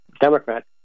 Democrat